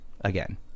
again